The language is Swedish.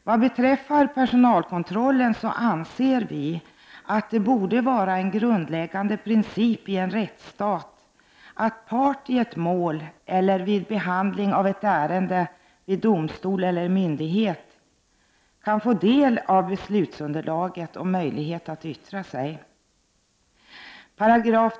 Vad beträffar personalkontrollen anser vi i vpk att det borde vara en grundläggande princip i en rättsstat att part i ett mål eller vid behandling av ett ärende vid domstol eller myndighet kan få del av beslutsunderlaget och möjlighet att yttra sig.